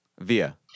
Via